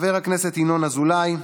חבר הכנסת ינון אזולאי,